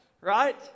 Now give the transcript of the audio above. right